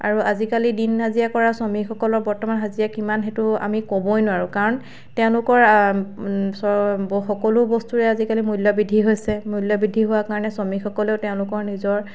আৰু আজিকালি দিন হাজিৰা কৰা শ্ৰমিকসকলৰ বৰ্তমান হাজিৰা কিমান সেইটো আমি ক'বই নোৱাৰোঁ কাৰণ তেওঁলোকৰ চ সকলো বস্তুৰে আজিকালি মূল্যবৃদ্ধি হৈছে মূল্য বৃদ্ধি হোৱাৰ কাৰণে শ্ৰমিকসকলেও তেওঁলোকৰ নিজৰ